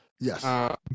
Yes